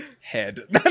head